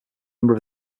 member